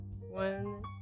one